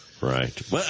Right